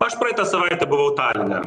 aš praeitą savaitę buvau taline